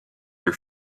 your